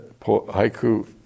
haiku